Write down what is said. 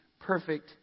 perfect